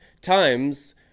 times